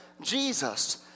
Jesus